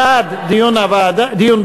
בעד, דיון בוועדה.